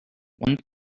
one